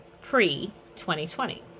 pre-2020